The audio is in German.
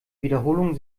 wiederholung